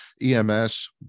EMS